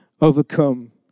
overcome